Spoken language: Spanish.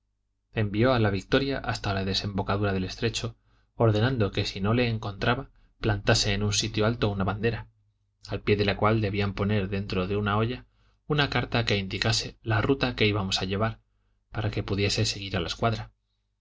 envió a la victoria hasta la desembocadura del estrecho ordenando que si no le encontraba plantasen en un sitio alto una bandera al pie de la cual debían poner dentro de una olla una carta que indicase la ruta que íbamos a llevar para que pudiese seguir a la escuadra